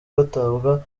batabwa